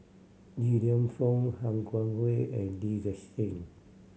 Li Lienfung Han Guangwei and Lee Gek Seng